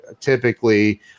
typically